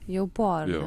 jau po ar ne